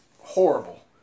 horrible